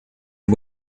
and